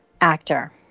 actor